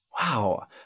Wow